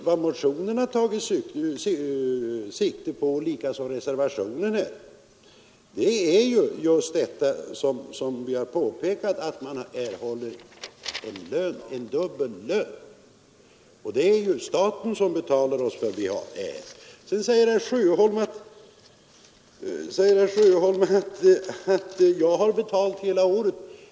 Vad motionärer och reservanter har tagit sikte på är just detta att någon får dubbel lön från staten, ty det är ju staten som betalar vår lön här i riksdagen. Sedan sade herr Sjöholm att jag har betalt hela året.